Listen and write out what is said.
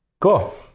Cool